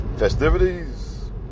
Festivities